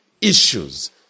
issues